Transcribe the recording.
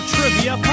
Trivia